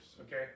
Okay